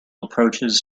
approaches